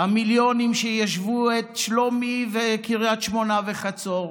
המיליונים שיישבו את שלומי וקריית שמונה וחצור